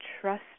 trust